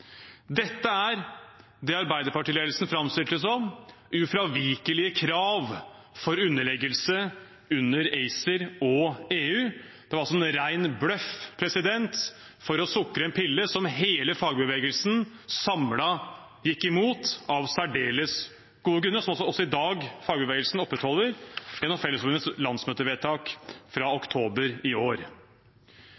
Dette er det Arbeiderparti-ledelsen framstilte som ufravikelige krav for underleggelse under ACER og EU. Det var altså en ren bløff for å sukre en pille som hele fagbevegelsen samlet gikk imot av særdeles gode grunner, og som fagbevegelsen også i dag opprettholder gjennom Fellesforbundets landsmøtevedtak fra